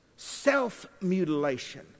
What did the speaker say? Self-mutilation